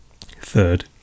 third